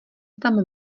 tam